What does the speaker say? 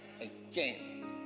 again